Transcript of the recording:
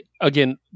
again